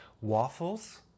Waffles